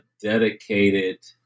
dedicated